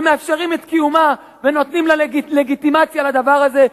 ומאפשרים את קיומה ונותנים לה לגיטימציה לדבר הזה,